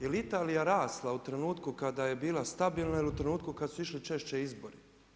Jel' Italija rasla u trenutku kada je bila stabilna ili u trenutku kad su išli češće izbori?